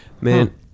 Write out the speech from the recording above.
man